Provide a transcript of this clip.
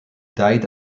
died